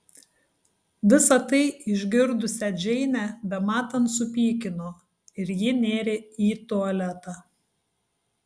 visa tai išgirdusią džeinę bematant supykino ir ji nėrė į tualetą